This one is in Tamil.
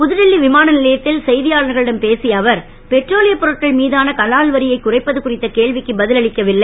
புதுடெல்லி விமான லையத் ல் செ யாளர்களிடம் பேசிய அவர் பெட்ரோலியப் பொருட்கள் மீதான கலால் வரியை குறைப்பது குறித்த கேள்விக்கு ப ல் அளிக்கவில்லை